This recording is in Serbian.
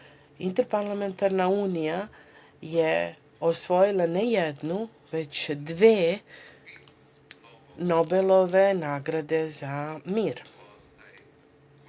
Interparlamentarna unija je osvojila ne jednu, već dve Nobelove nagrade za mir